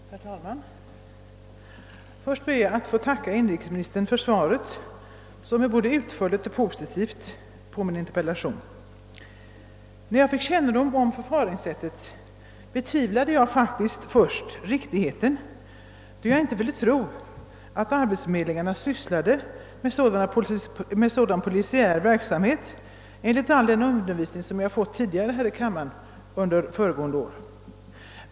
Herr talman! Först ber jag att få tacka inrikesministern för svaret — som är både utförligt och positivt — på min interpellation. När jag fick kännedom om förfaringssättet betvivlade jag faktiskt först riktigheten, då jag inte ville tro att arbets förmedlingarna sysslade med sådan polisiär verksamhet — enligt all den undervisning som jag fått i kammaren under föregående år.